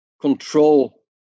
control